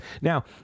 Now